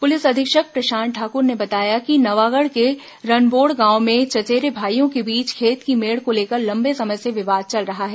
police अधीक्षक प्रशांत ठाकुर ने बताया कि नवागढ़ के रनबोड़ गांव में चचेरे भाईयों के बीच खेत की मेड़ को लेकर लंबे समय से विवाद चल रहा है